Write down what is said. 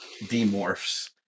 demorphs